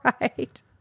Right